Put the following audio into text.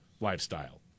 lifestyle